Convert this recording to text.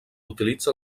utilitza